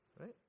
right